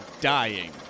dying